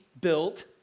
built